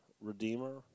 Redeemer